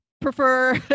prefer